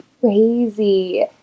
crazy